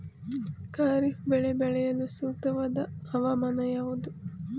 ಖಾರಿಫ್ ಬೆಳೆ ಬೆಳೆಯಲು ಸೂಕ್ತವಾದ ಹವಾಮಾನ ಯಾವುದು?